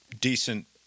decent